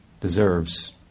deserves